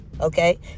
Okay